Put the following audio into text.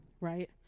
right